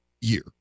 year